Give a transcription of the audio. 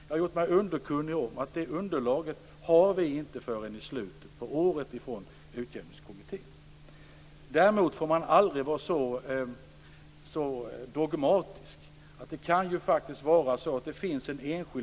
Jag har gjort mig underkunnig om att vi inte har ett sådant underlag förrän i slutet av året från Utjämningskommittén. Man får däremot aldrig vara dogmatisk.